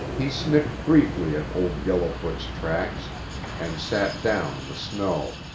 he sniffed briefly at old yellowfoot's tracks and sat down in the snow.